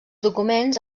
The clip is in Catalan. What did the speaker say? documents